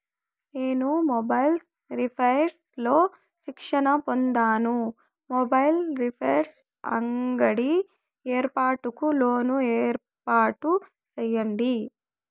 నేను mobiles repairs లో శిక్షణ పొందాను, మొబైల్ రిపైర్స్ అంగడి ఏర్పాటుకు లోను ఏర్పాటు సేయండి?